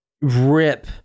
rip